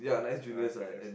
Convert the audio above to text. ya nice juniors